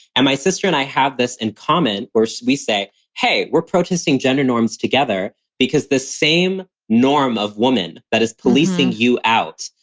and my sister and i have this in common where so we say, hey, we're protesting gender norms together because this same norm of woman that is policing you out,